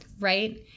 Right